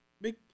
big